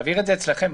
להבהיר את זה אצלכם,